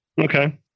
Okay